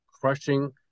crushing